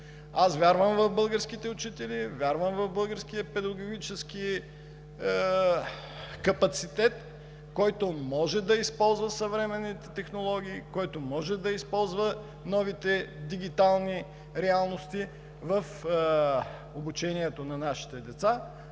Аз вярвам в българските учители, вярвам в българския педагогически капацитет, който може да използва съвременните технологии, който може да използва новите дигитални реалности в обучението на нашите деца,